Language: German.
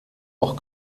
auch